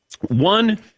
One